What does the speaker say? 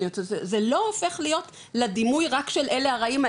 אז זה לא הופך להיות לדימוי רק של אלה הרעים,